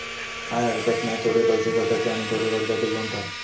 काय हरकत नाय, थोडे पैशे स्वतःचे आणि थोडे कर्जाचे घेवन टाक